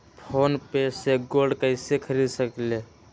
Phone पे से gold कईसे खरीद सकीले?